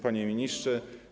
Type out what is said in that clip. Panie Ministrze!